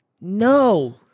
No